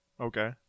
Okay